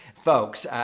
folks.